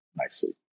nicely